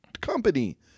company